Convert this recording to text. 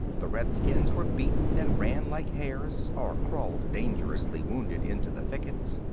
the redskins were beaten and ran like hares, or crawled dangerously wounded into the thickets.